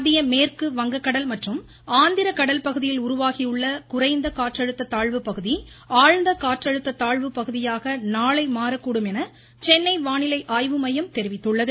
மத்திய மேற்கு வங்கக்கடல் மற்றும் ஆந்திர கடல் பகுதியில் உருவாகியுள்ள காற்றழுத்த தாழ்வு பகுதி ஆழ்ந்த காற்றழுத்த தாழ்வு பகுதியாக நாளை மாறக்கூடும் என சென்னை வானிலை ஆய்வு மையம் தெரிவித்துள்ளது